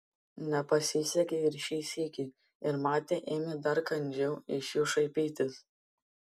nepasisekė ir šį sykį ir matė ėmė dar kandžiau iš jų šaipytis